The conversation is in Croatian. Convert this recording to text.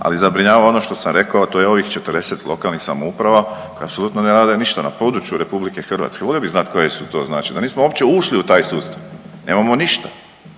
ali zabrinjava ono što sam rekao, a to je ovih 40 lokalnih samouprava koje apsolutno ne rade ništa na području RH, volio bi znati koje su to znači, da nismo uopće ušli u taj sustav, nemamo ništa.